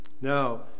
Now